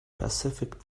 pacific